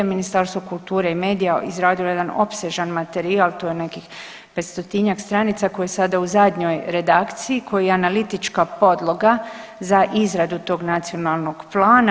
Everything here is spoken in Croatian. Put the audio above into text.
Ministarstvo kulture i medija izradilo je jedan opsežan materijal, to je nekih 500-tinjak stranica koji je sada u zadnjoj redakciji, koji je analitička podloga za izradu tog nacionalnog plana.